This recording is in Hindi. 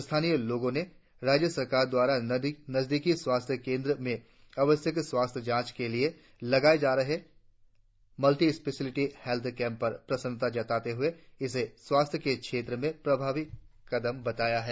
स्थानीय लोगों ने राज्य सरकार द्वारा नजदीकी स्वास्थ्य केंद्र में आवश्यक स्वास्थ्य जांच के लिए लगाये जा रहें मल्टी स्पेशियलिटी हेल्थ कैंप पर प्रसन्नता जताते हुए इसे स्वास्थ्य के क्षेत्र में प्रभावी कदम बताया है